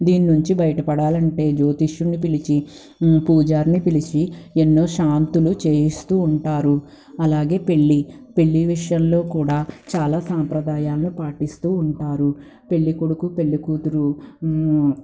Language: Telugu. దీని నుంచి బయట పడాలంటే జ్యోతిష్యుడిని పిలిచి పూజారిని పిలిచి ఎన్నో శాంతులు చేయిస్తూ ఉంటారు అలాగే పెళ్లి పెళ్లి విషయంలో కూడా చాలా సాంప్రదాయాలు పాటిస్తూ ఉంటారు పెళ్లి కొడుకు పెళ్లి కూతురు